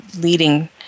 leading